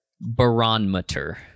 barometer